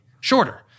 shorter